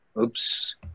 Oops